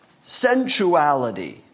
sensuality